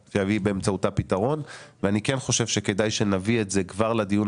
באמצעותה פתרון ואני כן חושב שכדאי שנביא את זה כבר לדיון